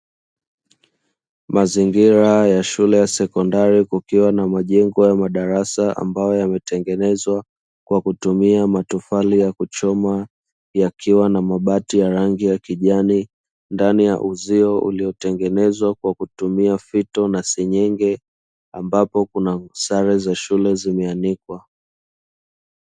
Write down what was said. Mazingira ya shule ya sekondari kukiwa na majengo ya madarasa ambayo yametengenezwa kwa kutumia matofali ya kuchoma, yakiwa na mabati ya rangi ya kijani ndani ya uzio uliotengenezwa kwa kutumia fito na senyenge, ambapo kuna sare za shule zimeanikwa.